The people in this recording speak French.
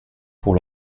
pour